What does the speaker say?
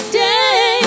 day